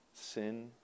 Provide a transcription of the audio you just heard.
sin